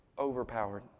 overpowered